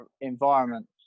environment